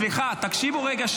סליחה, תקשיבו רגע.